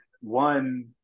one